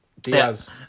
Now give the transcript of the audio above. Diaz